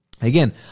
Again